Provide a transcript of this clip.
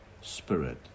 spirit